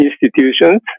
institutions